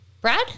brad